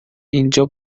اینجا